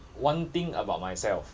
one thing about myself